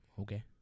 Okay